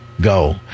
Go